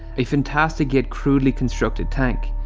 a fantastic yet crudely constructed tank.